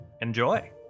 Enjoy